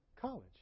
college